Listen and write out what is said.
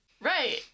Right